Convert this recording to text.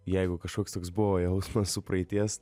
jeigu kažkoks toks buvo jausmas su praeities